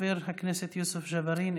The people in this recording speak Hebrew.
חבר הכנסת יוסף ג'בארין,